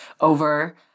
over